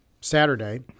Saturday